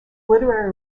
literary